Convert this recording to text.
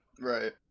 Right